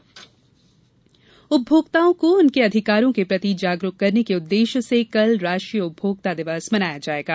उपभोक्ता दिवस उपभोक्ताओं को उनके अधिकारों के प्रति जागरूक करने के उद्देश्य से कल राष्ट्रीय उपभोक्ता दिवस मनाया जायेगा